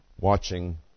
watching